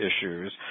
issues